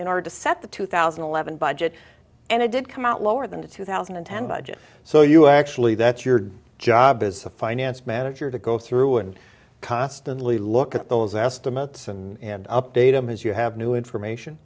in order to set the two thousand and eleven budget and it did come out lower than the two thousand and ten budget so you actually that's your job as a finance manager to go through and constantly look at those estimates and updated as you have new information